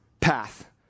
path